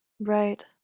Right